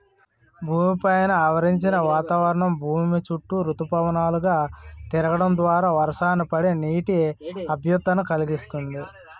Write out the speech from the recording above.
భూమి పైన ఆవరించిన వాతావరణం భూమి చుట్టూ ఋతుపవనాలు గా తిరగడం ద్వారా వర్షాలు పడి, నీటి లభ్యతను కలిగిస్తుంది